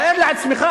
תאר לעצמך,